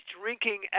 drinking